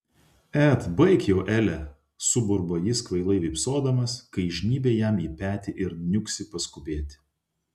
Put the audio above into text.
et baik jau ele suburba jis kvailai vypsodamas kai žnybia jam į petį ir niuksi paskubėti